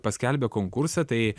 paskelbė konkursą tai